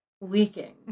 leaking